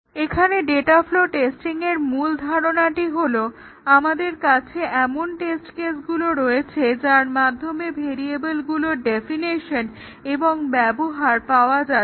এখানে data flow টেস্টিংয়ের ক্ষেত্রে মূল ধারণাটি হলো আমাদের কাছে এমন টেস্ট কেসগুলো রয়েছে যার মাধ্যমে ভেরিয়েবলগুলোর ডেফিনেশন এবং ব্যবহার পাওয়া যাচ্ছে